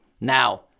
Now